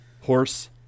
Horse